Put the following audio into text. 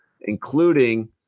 including